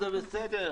זה בסדר.